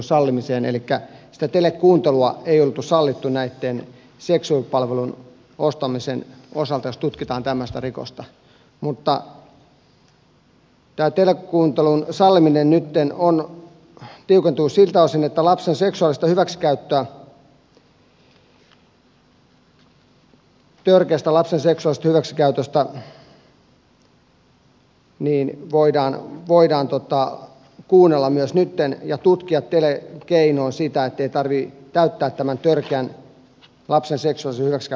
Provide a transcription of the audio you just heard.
elikkä sitä telekuuntelua ei oltu sallittu seksuaalipalvelun ostamisen osalta jos tutkitaan tämmöistä rikosta mutta tämä telekuuntelun salliminen nyt on tiukentunut siltä osin että myös lapsen seksuaalisesta hyväksikäytöstä epäiltyä voidaan kuunnella nyt ja tutkia sitä telekeinoin niin ettei sen tarvitse täyttää tämän lapsen törkeän seksuaalisen hyväksikäytön kriteereitä